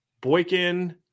Boykin